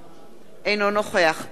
אינו נוכח חיים כץ,